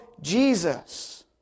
Jesus